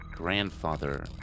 grandfather